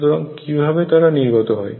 সুতরাং কিভাবে তারা নির্গত হয়